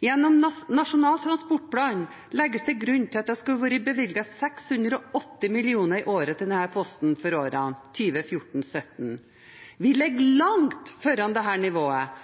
Gjennom Nasjonal transportplan legges det til grunn at det skulle vært bevilget 680 mill. kr i året til denne posten for årene 2014–2017. Vi ligger langt foran dette nivået,